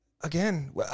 Again